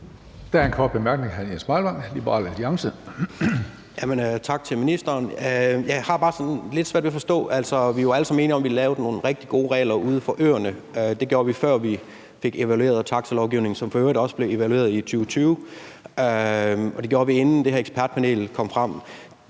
lidt svært ved at forstå det. Vi er jo alle sammen enige om, at vi lavede nogle rigtig gode regler for øerne, og det gjorde vi, før vi fik evalueret taxalovgivningen, som for øvrigt også blev evalueret i 2020, og det gjorde vi, inden det her ekspertpanel kommer